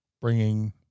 bringing